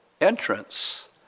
entrance